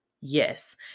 Yes